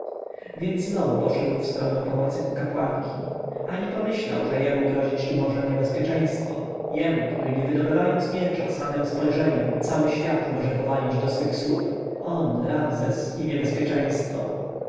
więc znowu poszedł w stronę pałacyku kapłanki ani pomyślał że jemu grozić tu może niebezpieczeństwo jemu który nie wydobywając miecza samem spojrzeniem cały świat może powalić do swych stóp on ramzes i niebezpieczeństwo